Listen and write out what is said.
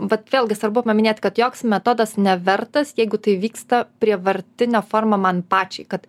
vat vėlgi svarbu paminėt kad joks metodas nevertas jeigu tai vyksta prievartine forma man pačiai kad